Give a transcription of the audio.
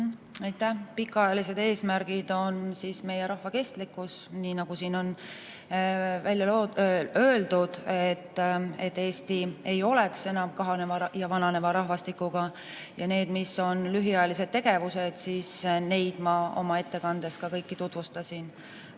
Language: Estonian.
Aitäh! Pikaajalised eesmärgid on meie rahva kestlikkus, nii nagu siin on välja öeldud, et Eesti ei oleks enam kahaneva ja vananeva rahvastikuga. Lühiajalisi tegevusi ma oma ettekandes ka kõiki tutvustasin.